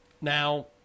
Now